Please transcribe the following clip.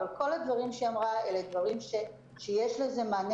אבל כל הדברים שהיא אמרה אלו דברים שיש להם מענה